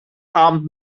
armed